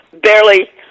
barely